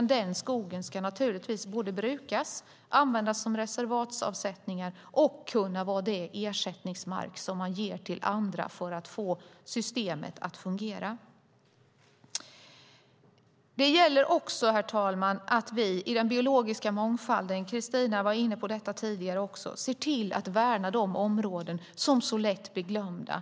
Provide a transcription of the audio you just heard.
Den skogen ska naturligtvis brukas och användas som reservatsavsättningar och kunna vara den ersättningsmark som man ger till andra för att få systemet att fungera. Det gäller också, herr talman, att vi i den biologiska mångfalden - Kristina var inne på detta tidigare - ser till att värna de områden som lätt blir glömda.